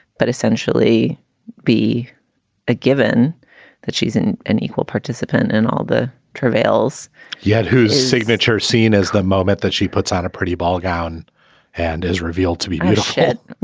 but essentially be a given that she's an equal participant in all the travails yet whose signature scene is the moment that she puts out a pretty ball gown and is revealed to be shit